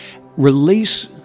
release